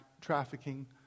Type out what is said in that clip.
trafficking